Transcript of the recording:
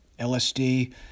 LSD